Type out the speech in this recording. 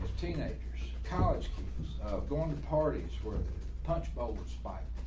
teenagers, college kids going to parties where the punch bowl despite